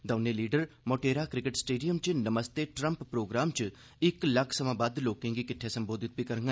दौनें leader Motera cricket stadium च ''नमस्ते ट्रंप'' प्रोग्राम च इक लक्ख थमां मते लोकें गी किट्ठे संबोधत करगंन